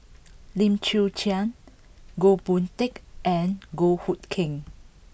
Lim Chwee Chian Goh Boon Teck and Goh Hood Keng